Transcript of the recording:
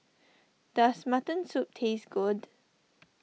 does Mutton Soup taste good